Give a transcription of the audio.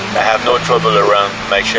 i have no trouble around my